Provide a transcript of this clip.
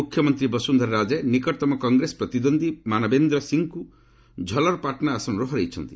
ମୁଖ୍ୟମନ୍ତ୍ରୀ ବସୁନ୍ଧରା ରାଜେ ନିକଟତମ କଂଗ୍ରେସ ପ୍ରତିଦ୍ୱନ୍ଦ୍ୱୀ ମାନବେନ୍ଦର ସିଂହଙ୍କୁ ଝଲରପାଟନ ଆସନରୁ ହରାଇଛନ୍ତି